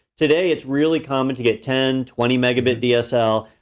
today, it's really common to get ten, twenty megabit dsl.